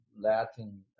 Latin